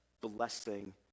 blessing